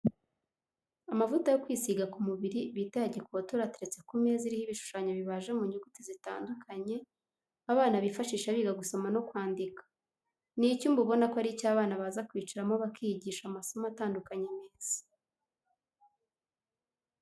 Amavuta yo kwisiga ku mubiri bita aya gikotori ateretse ku meza iriho ibishushanyo bibaje mu nyuguti zitandukanye, abana bifashisha biga gusoma no kwandika. Ni icyumba ubona ko ari icy'abana baza kwicaramo bakiyigisha amasomo atandukanye meza.